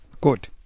Good